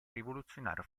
rivoluzionario